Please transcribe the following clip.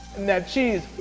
that cheese,